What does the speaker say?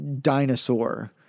dinosaur